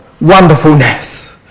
wonderfulness